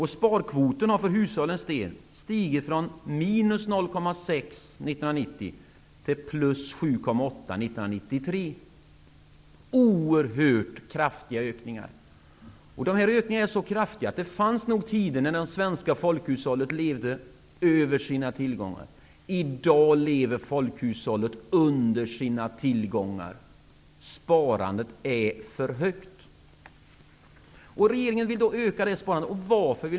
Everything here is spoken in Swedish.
Sparkvoten har för hushållens del stigit från minus 0,6 1990 till plus 7,8 1993. Det är en oerhört kraftig ökning. Det fanns tider när det svenska folkhushållet levde över sina tillgångar. I dag lever folkhushållet under sina tillgångar. Sparandet är för högt. Regeringen vill då öka detta sparande. Varför?